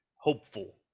hopeful